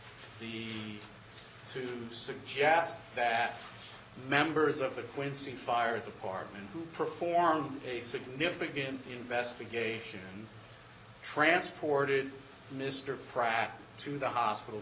the to suggest that members of the quincy fire department who performed a significant investigation and transported mr pratt to the hospital